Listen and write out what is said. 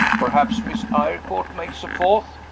perhaps miss eyrecourt makes a fourth?